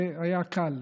זה היה קל.